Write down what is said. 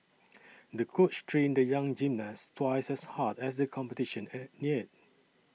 the coach trained the young gymnast twice as hard as the competition neared